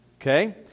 okay